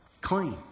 clean